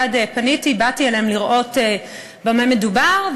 באתי אליהם לראות במה מדובר.